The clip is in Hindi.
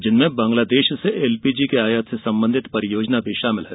जिनमें बांग्लादेश से एलपीजी के आयात से संबंधित परियोजना भी शामिल है